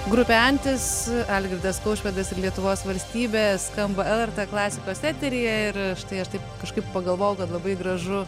grupė antis algirdas kaušpėdas ir lietuvos valstybė skamba lrt klasikos eteryje ir štai aš taip kažkaip pagalvojau kad labai gražu